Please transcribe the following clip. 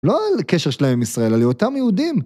לא על קשר שלהם עם ישראל, על היותם יהודים.